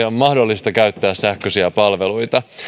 ole mahdollista käyttää sähköisiä palveluita